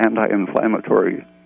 anti-inflammatory